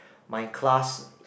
my class